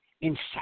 inside